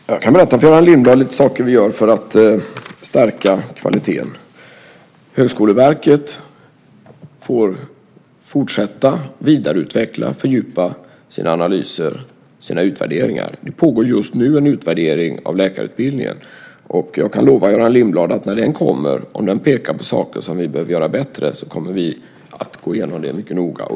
Herr talman! Jag kan berätta för Göran Lindblad om lite saker vi gör för att stärka kvaliteten. Högskoleverket får fortsätta vidareutveckla och fördjupa sina analyser och sina utvärderingar. Det pågår just nu en utvärdering av läkarutbildningen, och jag kan lova Göran Lindblad att om den, när den kommer, pekar på saker som vi behöver göra bättre så kommer vi att gå igenom dem mycket noga.